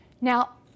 Now